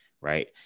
right